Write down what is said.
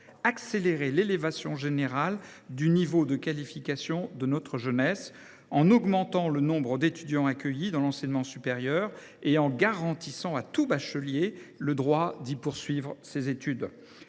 accélérer l’élévation générale du niveau de qualification de notre jeunesse, en augmentant le nombre d’étudiants accueillis dans l’enseignement supérieur et en garantissant à tout bachelier le droit d’y poursuivre ses études.